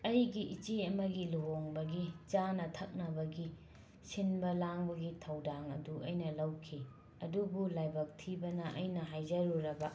ꯑꯩꯒꯤ ꯏꯆꯦ ꯑꯃꯒꯤ ꯂꯨꯍꯣꯡꯕꯒꯤ ꯆꯥꯅ ꯊꯛꯅꯕꯒꯤ ꯁꯤꯟꯕ ꯂꯥꯡꯕꯒꯤ ꯊꯧꯗꯥꯡ ꯑꯗꯨ ꯑꯩꯅ ꯂꯧꯈꯤ ꯑꯗꯨꯕꯨ ꯂꯥꯏꯕꯛ ꯊꯤꯕꯅ ꯑꯩꯅ ꯍꯥꯏꯖꯔꯨꯔꯕ